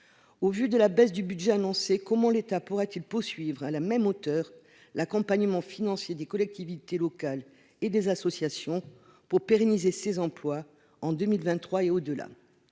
au vu de la baisse du budget annoncé comment l'État pourrait-il poursuivre à la même hauteur l'accompagnement financier des collectivités locales et des associations pour pérenniser ces emplois en 2023 et au-delà,